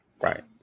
Right